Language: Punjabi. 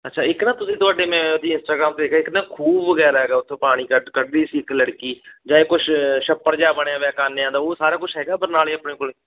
ਅੱਛਾ ਇੱਕ ਨਾ ਤੁਸੀਂ ਤੁਹਾਡੇ ਮੈਂ ਉਹਦੀ ਇੰਸਟਾਗ੍ਰਾਮ ਤੇ ਦੇਖਿਆ ਇੱਕ ਨਾ ਖੂਹ ਵਗੈਰਾ ਹੈਗਾ ਉੱਥੋਂ ਪਾਣੀ ਕੱਡ ਕੱਢਦੀ ਸੀ ਇੱਕ ਲੜਕੀ ਜਾਂ ਕੁਛ ਛੱਪੜ ਜਿਹਾ ਬਣਿਆ ਹੋਇਆ ਕਾਨਿਆਂ ਦਾ ਉਹ ਸਾਰਾ ਕੁਛ ਹੈਗਾ ਬਰਨਾਲੇ ਆਪਣੇ ਕੋਲ